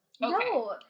No